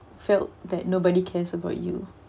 felt that nobody cares about you